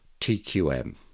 TQM